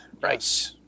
Right